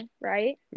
right